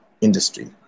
industry